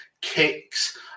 kicks